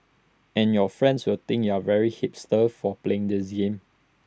and your friends will think you are very hipster for playing this game